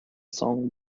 song